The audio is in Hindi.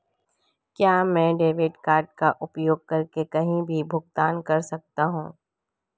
क्या मैं डेबिट कार्ड का उपयोग करके कहीं भी भुगतान कर सकता हूं?